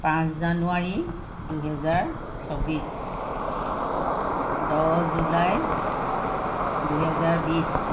পাঁচ জানুৱাৰী দুহেজাৰ চৌব্বিছ দহ জুলাই দুহেজাৰ বিশ